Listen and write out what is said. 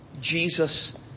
Jesus